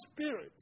Spirit